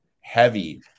heavy